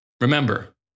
Remember